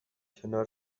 کنار